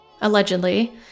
Allegedly